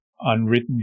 unwritten